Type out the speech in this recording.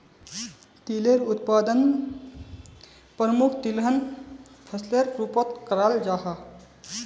तिलेर उत्पादन प्रमुख तिलहन फसलेर रूपोत कराल जाहा